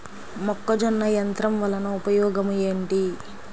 మొక్కజొన్న యంత్రం వలన ఉపయోగము ఏంటి?